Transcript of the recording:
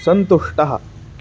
सन्तुष्टः